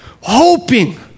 Hoping